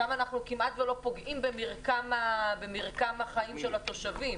שם אנחנו כמעט ולא פוגעים במרקם החיים של התושבים.